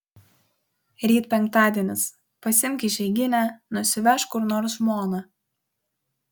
ryt penktadienis pasiimk išeiginę nusivežk kur nors žmoną